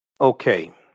Okay